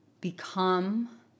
become